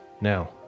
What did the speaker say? Now